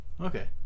okay